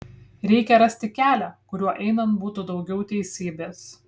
reikia rasti kelią kuriuo einant būtų daugiau teisybės